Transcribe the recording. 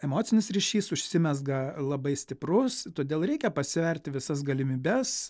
emocinis ryšys užsimezga labai stiprus todėl reikia pasverti visas galimybes